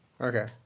Okay